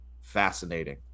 Fascinating